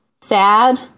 sad